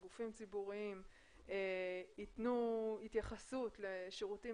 גופים ציבוריים ייתנו התייחסות לשירותים